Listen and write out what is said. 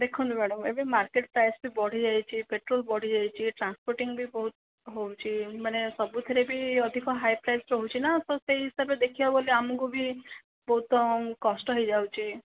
ଦେଖନ୍ତୁ ମ୍ୟାଡ଼ାମ ଏବେ market price ବଢ଼ି ଯାଇଛି ପେଟ୍ରୋଲ ବଢ଼ିଯାଇଛି ଟ୍ରାନ୍ସପୋଟିଂ ବି ବହୁତ ହେଉଛି ମାନେ ସବୁଥିରେ ବି ଅଧିକ ହାଈ ପ୍ରାଇସ୍ ରହୁଛି ନା ତ ସେହି ହିସାବରେ ଦେଖିବାକୁ ଗଲେ ଆମକୁ ବି ବହୁତ କଷ୍ଟ ହେଇଯାଉଛି